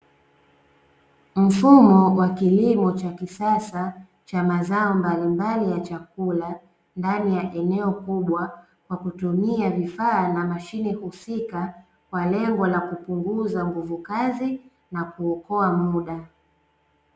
Mfumo wa kilimo cha kisasa cha mazao mbalimbali ya chakula ndani ya eneo kubwa kwa kutumia vifaa na mashine husika, kwa lengo la kupunguza nguvu kazi na kuokoa muda.